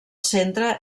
centre